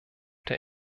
der